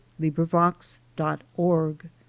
LibriVox.org